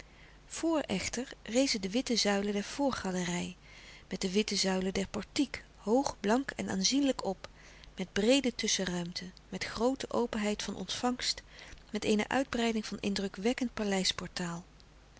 vor echter rezen de witte zuilen der voorgalerij met de witte zuilen der portiek hoog blank en aanzienlijk op met breede tusschenruimten met groote openheid van ontvangst met eene uitbreiding van indrukwekkend